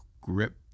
grip